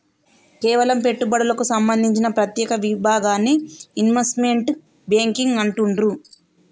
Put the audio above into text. కేవలం పెట్టుబడులకు సంబంధించిన ప్రత్యేక విభాగాన్ని ఇన్వెస్ట్మెంట్ బ్యేంకింగ్ అంటుండ్రు